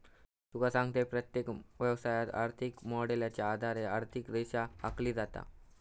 तुका सांगतंय, प्रत्येक व्यवसायात, आर्थिक मॉडेलच्या आधारे आर्थिक रेषा आखली जाता